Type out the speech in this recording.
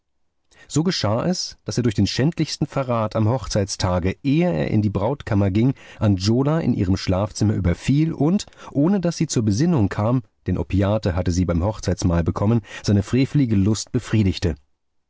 so geschah es daß er durch den schändlichsten verrat am hochzeitstage ehe er in die brautkammer ging angiola in ihrem schlafzimmer überfiel und ohne daß sie zur besinnung kam denn opiate hatte sie beim hochzeitmahl bekommen seine frevelige lust befriedigte